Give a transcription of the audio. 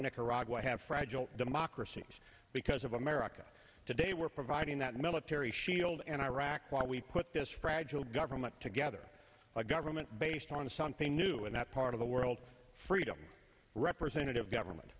nicaragua have fragile democracies because of america today we're providing that military shield and iraq what we put this fragile government together a government based on something new in that part of the world freedom representative government